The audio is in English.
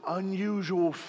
unusual